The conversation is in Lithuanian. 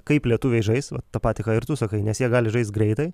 kaip lietuviai žais va tą patį ką ir tu sakai nes jie gali žaist greitai